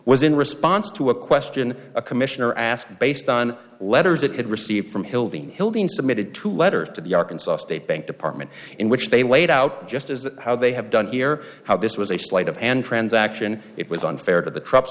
was in response to a question a commissioner asked based on letters that had received from hill the building submitted to letter to the arkansas state bank department in which they laid out just as how they have done here how this was a slight of hand transaction it was unfair to the tr